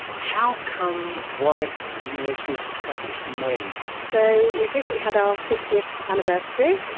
how come warwick university was established, and when? so we've recently had our fiftieth anniversary.